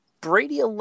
Brady